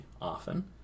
often